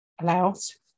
allows